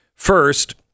First